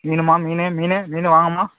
மீனும்மா மீனு மீனு மீனு வாங்கம்மா